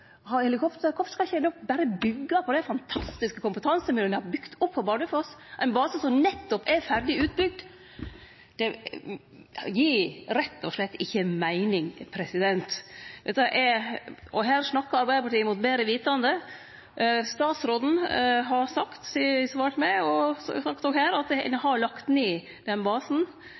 ha helikopter? Kvifor skal ein ikkje berre byggje på det fantastiske kompetansemiljøet ein har bygd opp på Bardufoss, ein base som nettopp er ferdig utbygd? Det gir rett og slett ikkje meining. Og her snakkar Arbeidarpartiet mot betre vitende. Statsråden har svart meg og også sagt at ein har lagt ned den basen,